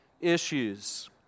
issues